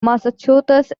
massachusetts